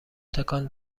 تکان